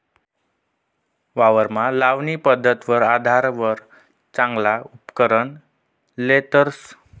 वावरमा लावणी पध्दतवर आधारवर चांगला उपकरण लेतस